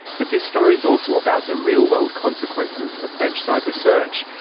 but this story is also about the real-world consequences of bench-side research,